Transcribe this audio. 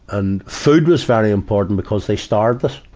and food was very important because they starved us.